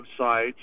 websites